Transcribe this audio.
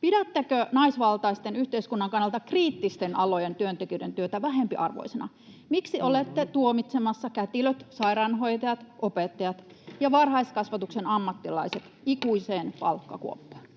Pidättekö naisvaltaisten yhteiskunnan kannalta kriittisten alojen työntekijöiden työtä vähempiarvoisena? Miksi olette tuomitsemassa kätilöt, sairaanhoitajat, opettajat ja varhaiskasvatuksen ammattilaiset